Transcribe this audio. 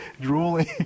drooling